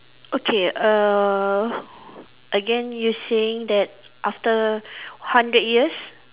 okay err again you saying that after hundred years